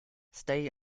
stay